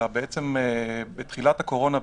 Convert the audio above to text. אלא בתחילת הקורונה,